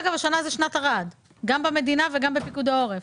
גם במדינה ובפיקוד העורף.